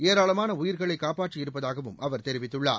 ஏராளமான உயிர்களை காப்பாற்றியிருப்பதாகவும் அவர் தெரிவித்துள்ளார்